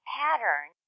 pattern